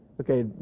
okay